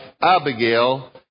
Abigail